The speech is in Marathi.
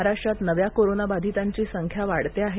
महाराष्ट्रात नव्या कोरोनाबाधितांची संख्या वाढते आहे